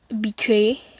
betray